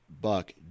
buck